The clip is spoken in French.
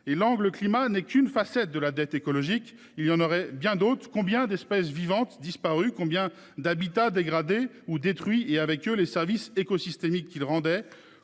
L’angle du climat n’est qu’une facette de la dette écologique ; il y en aurait bien d’autres. Combien d’espèces vivantes ont disparu ? Combien d’habitats ont été dégradés ou détruits, et avec eux les services écosystémiques qu’ils rendaient ?